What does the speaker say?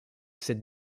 cette